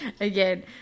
again